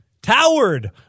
towered